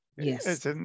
Yes